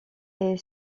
est